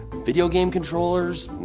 video game controllers.